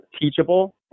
teachable